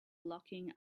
locking